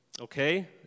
okay